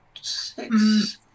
Six